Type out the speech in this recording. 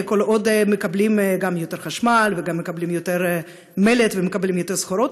כל עוד מקבלים גם יותר חשמל וגם מקבלים יותר מלט ומקבלים יותר סחורות,